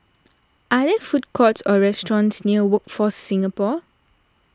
are there food courts or restaurants near Workforce Singapore